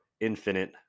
infinite